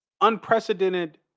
unprecedented